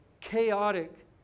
chaotic